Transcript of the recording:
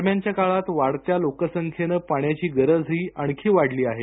दरम्यानच्या काळात वाढत्या लोकसंख्येनं पाण्याची गरजही आणखी वाढली आहे